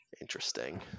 interesting